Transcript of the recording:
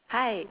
hi